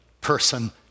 person